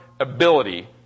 ability